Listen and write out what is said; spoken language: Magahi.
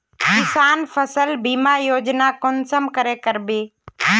किसान फसल बीमा योजना कुंसम करे करबे?